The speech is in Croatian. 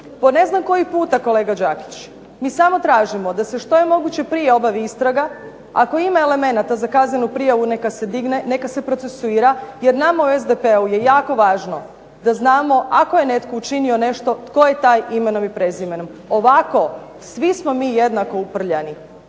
po ne znam koji puta kolega Đakić. Mi samo tražimo da je što je moguće prije obavi istraga. Ako ima elementa za kaznenu prijavu neka se digne, neka se procesuira, jer nama u SDP-u je jako važno da znamo ako je netko učinio nešto tko je taj imenom i prezimenom. Ovako svi smo mi jednako uprljani.